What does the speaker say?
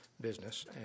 business